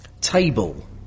Table